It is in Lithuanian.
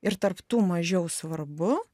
ir tarp tų mažiau svarbu